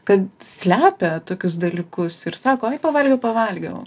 kad slepia tokius dalykus ir sako ai pavalgiau pavalgiau